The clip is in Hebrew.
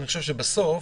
עדיף בסוף,